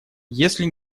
если